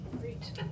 great